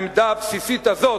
העמדה הבסיסית הזאת,